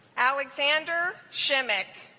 alexander simic